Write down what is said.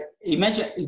imagine